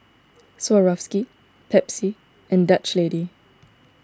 Swarovski Pepsi and Dutch Lady